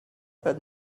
but